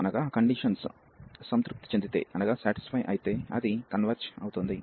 ఈ షరతులు సంతృప్తి చెందితే అది కన్వర్జ్ అవుతుంది